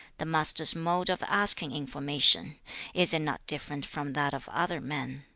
the master's mode of asking information is it not different from that of other men